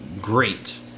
great